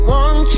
one